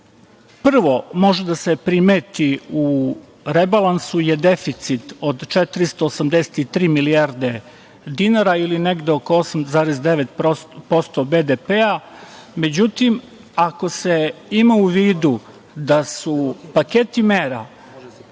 prvo može da se primeti u rebalansu je deficit od 483 milijarde dinara ili negde oko 8,9% BDP-a, međutim ako se ima u vidu da su paketi mera,